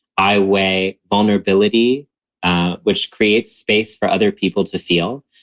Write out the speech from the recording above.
i weigh vulnerability which creates space for other people to feel.